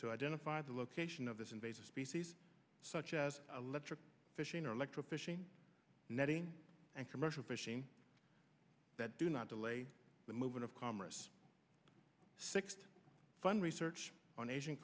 to identify the location of this invasive species such as a letter fishing or electric fishing netting and commercial fishing that do not delay the movement of commerce six to fund research on asian